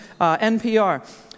NPR